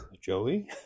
Joey